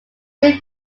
lived